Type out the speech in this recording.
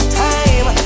time